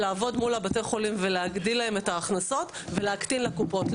לעבוד מול בתי החולים ולהגדיל להם את ההכנסות ולהקטין לקופות.